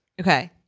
Okay